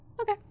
Okay